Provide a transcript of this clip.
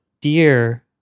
Dear